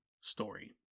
story